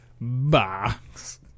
Box